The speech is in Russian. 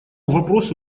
вопросу